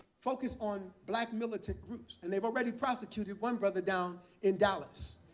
focus on black militant groups. and they've already prostituted one brother down in dallas.